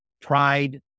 pride